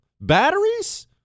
Batteries